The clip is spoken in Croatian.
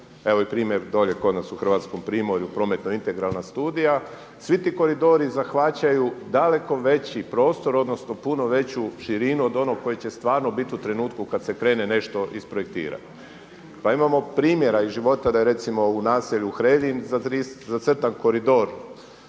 evo i primjer dole kod nas u hrvatskom primjeru, prometno-integralna studija. Svi ti koridori zahvaćaju daleko veći prostor, odnosno puno veću širinu od onog koji će stvarno bit u trenutku kad se krene nešto isprojektirati. Pa imamo primjera iz života da je recimo u naselju Hreljin zacrtan koridor